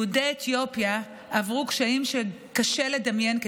כדי להגיע לכאן יהודי אתיופיה עברו קשיים שקשה לדמיין.